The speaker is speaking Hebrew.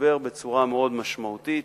לתגבר בצורה מאוד משמעותית.